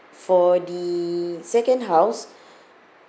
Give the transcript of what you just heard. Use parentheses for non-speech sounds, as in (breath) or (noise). for the second house (breath)